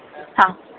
ಹಾಂ